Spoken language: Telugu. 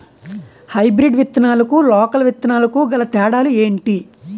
హైబ్రిడ్ విత్తనాలకు లోకల్ విత్తనాలకు గల తేడాలు ఏంటి?